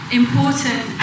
important